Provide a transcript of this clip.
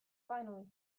finally